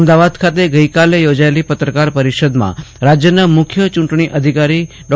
અમદાવાદ ખાતે ગઈકાલે યોજાયેલી પત્રકાર પરિષદમાં રાજ્યના મુખ્ય ચૂંટણી અધિકારી ડો